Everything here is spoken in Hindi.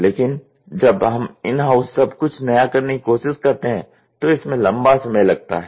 लेकिन जब हम इन हाउस सब कुछ नया करने की कोशिश करते हैं तो इसमें लंबा समय लगता है